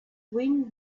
wind